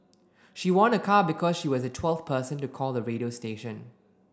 she won a car because she was the twelfth person to call the radio station